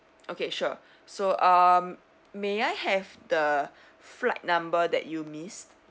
okay sure so um may I have the flight number that you missed